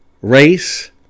race